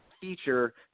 feature